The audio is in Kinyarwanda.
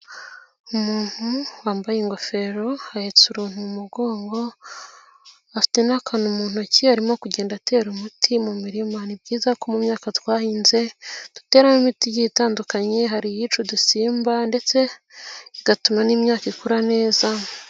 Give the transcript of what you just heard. Umuntu wambaye ingofero ahetse uruntu mu mugongo, afite n'akantu mu ntoki arimo kugenda atera umuti mu mirima, ni byiza ko mu myaka twahinze duteramo imiti igiye itandukanye hari iyica udusimba ndetse igatuma n'imyaka ikura neza.